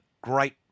great